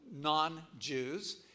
non-Jews